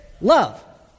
love